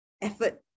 effort